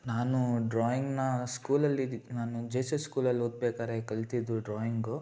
ನಾನು ಡ್ರಾಯಿಂಗ್ನ ಸ್ಕೂಲಲ್ಲಿದಿದ್ದು ನಾನು ಜೇ ಎಸ್ ಎಸ್ ಸ್ಕೂಲಲ್ಲಿ ಓದಬೇಕಾರೆ ಕಲಿತದ್ದು ಡ್ರಾಯಿಂಗು